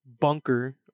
bunker